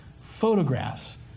photographs